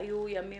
היו ימים